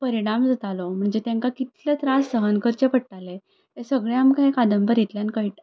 परिणाम जातालो म्हणजे तेंकां कितले त्रास सहन करचे पडटाले हें सगळें आमकां ह्या कादंबरींतल्यान कळटा